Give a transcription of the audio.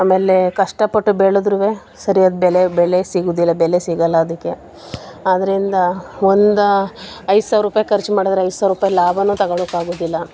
ಆಮೇಲೆ ಕಷ್ಟಪಟ್ಟು ಬೆಳದ್ರೂ ಸರಿಯಾದ ಬೆಲೆ ಬೆಳೆ ಸಿಗುವುದಿಲ್ಲ ಬೆಲೆ ಸಿಗಲ್ಲ ಅದಕ್ಕೆ ಆದ್ದರಿಂದ ಒಂದು ಐದು ಸಾವಿರ ರೂಪಾಯಿ ಖರ್ಚು ಮಾಡಿದ್ರೆ ಐದು ಸಾವಿರ ರೂಪಾಯಿ ಲಾಭವೂ ತಗಳುಕ್ಕೆ ಆಗುವುದಿಲ್ಲ